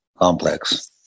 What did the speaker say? complex